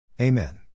Amen